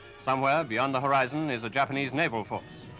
somewhere beyond the horizon is a japanese naval force.